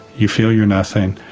you feel your nothing,